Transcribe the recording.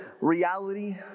reality